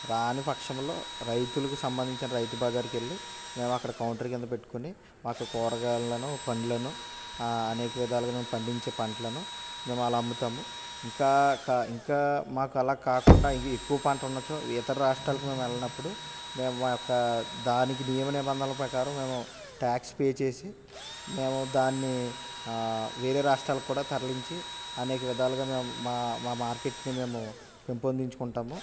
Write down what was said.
రాని పక్షంలో రైతులకు సంబంధించిన రైతు బజార్కి వెళ్ళి మేము అక్కడ కౌంటర్ క్రింద పెట్టుకొని మాకు కూరగాయలను పళ్ళను అనేక విధాలుగా మేము పండించే పంటలను మేము అలా అమ్ముతాము ఇంకా ఇంకా మాకు అలా కాకుండా ఎక్కువ పంట ఉన్నచో ఇతర రాష్ట్రాలకు మేము వెళ్ళినప్పుడు మా యొక్క దానికి నియమ నిబంధనల ప్రకారం మేము ట్యాక్స్ పే చేసి మేము దానిని వేరే రాష్ట్రాలకు కూడా తరలించి అనేక విధాలుగా మేము మా మా మార్కెట్ని మేము పెంపొందించుకుంటాము